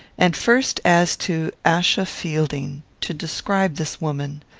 and first as to achsa fielding to describe this woman.